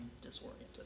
disoriented